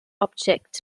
object